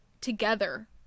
together